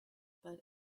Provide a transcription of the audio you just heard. but